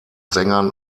sängern